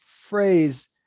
phrase